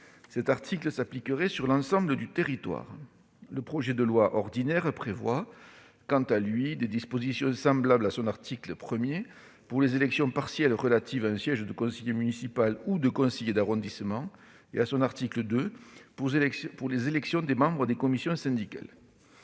Cet article s'appliquerait sur l'ensemble du territoire. Le projet de loi ordinaire prévoit, quant à lui, des dispositions semblables à son article 1 pour les élections partielles relatives à un siège de conseiller municipal ou de conseiller d'arrondissement et, à son article 2, pour les élections des membres des commissions syndicales.